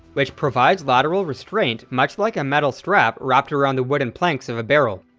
which provides lateral restraint much like a metal strap wrapped around the wooden planks of a barrel.